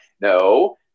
no